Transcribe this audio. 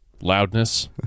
loudness